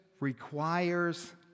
Requires